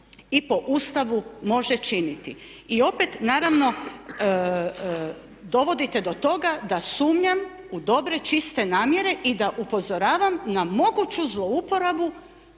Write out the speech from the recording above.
i po Ustavu može činiti. I opet naravno dovodite do toga da sumnjam u dobre čiste namjere i da upozoravam na moguću zlouporabu